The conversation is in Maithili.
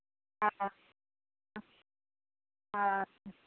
हँ हँ हँ